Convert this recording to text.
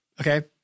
okay